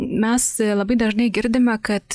mes labai dažnai girdime kad